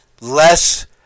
less